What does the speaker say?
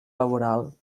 laboral